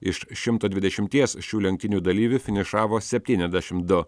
iš šimto dvidešimties šių lenktynių dalyvių finišavo septyniasdešim du